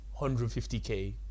150k